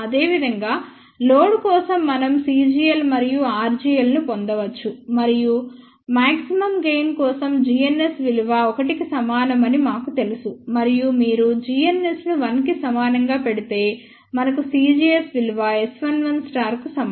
అదేవిధంగా లోడ్ కోసం మనం cgl మరియు rgl ను పొందవచ్చు మరియు మాక్సిమమ్ గెయిన్ కొరకు gns విలువ 1 కి సమానమని మాకు తెలుసు మరియు మీరు gns ను 1 కి సమానంగా పెడితే మనకు c gs విలువ S11 కు సమానం